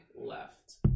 left